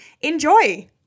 enjoy